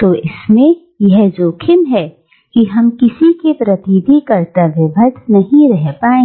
तो इसमें यह जोखिम है कि हम किसी के प्रति भी कर्तव्य बद्ध नहीं रह पाएंगे